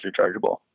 rechargeable